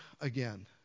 again